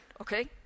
Okay